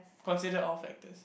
consider all factors